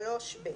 ב-29(3)(ב).